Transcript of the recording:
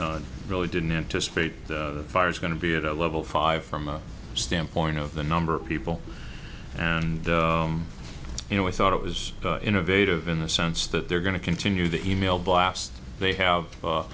chief really didn't anticipate the fire is going to be at a level five from a standpoint of the number of people and you know i thought it was innovative in the sense that they're going to continue the email blast they have